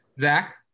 Zach